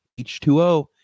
H2O